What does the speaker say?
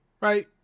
Right